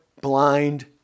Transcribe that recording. blind